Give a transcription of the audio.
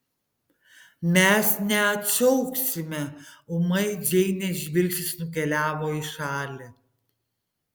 mes neatšauksime ūmai džeinės žvilgsnis nukeliavo į šalį